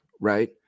right